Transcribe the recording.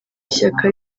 ishyaka